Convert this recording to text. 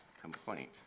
complaint